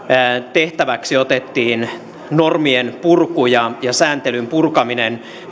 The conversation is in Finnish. tehtäväksi otettiin normien purku ja ja sääntelyn purkaminen